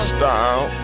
Style